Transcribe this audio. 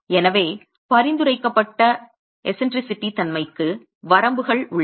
எனவே பரிந்துரைக்கப்பட்ட விசித்திரத்தன்மைக்கு வரம்புகள் உள்ளன